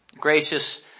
Gracious